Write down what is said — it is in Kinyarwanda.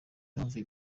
impamvu